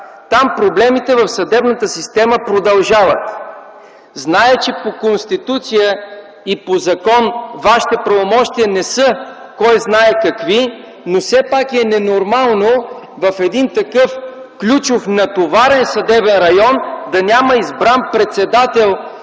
Там проблемите в съдебната система продължават. Знам, че по Конституция и по закон Вашите правомощия не са кой знае какви, но все пак е ненормално в един такъв ключов натоварен съдебен район да няма избран председател